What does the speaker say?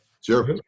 Sure